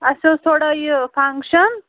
اَسہِ اوس تھوڑا یہِ فَنٛگشَن